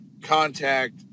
contact